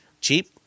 cheap